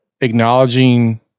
acknowledging